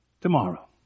Tomorrow